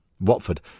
Watford